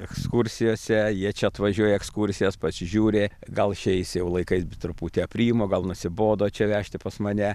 ekskursijose jie čia atvažiuoja į ekskursijas pasižiūri gal šiais jau laikais truputį aprimo gal nusibodo čia vežti pas mane